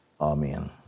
amen